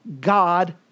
God